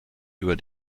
über